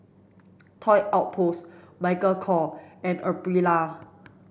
Toy Outpost Michael Kors and Aprilia